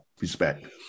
respect